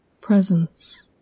Presence